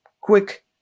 quick